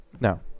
No